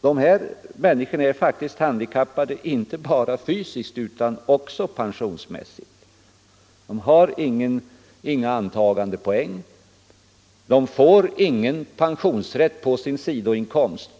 tillhör denna grupp är faktiskt handikappade inte bara fysiskt utan också pensionsmässigt. De har inga antagandepoäng och de får ingen pensionsrätt på sin sidoinkomst.